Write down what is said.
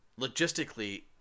Logistically